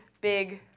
big